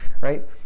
right